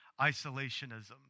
isolationism